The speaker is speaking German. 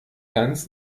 ganz